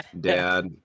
dad